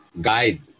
guide